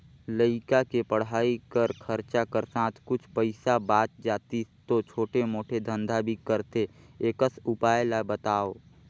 लइका के पढ़ाई कर खरचा कर साथ कुछ पईसा बाच जातिस तो छोटे मोटे धंधा भी करते एकस उपाय ला बताव?